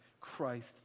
Christ